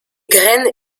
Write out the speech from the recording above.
graines